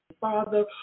Father